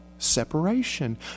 separation